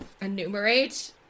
enumerate